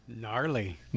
Gnarly